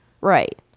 right